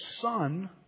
son